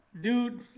Dude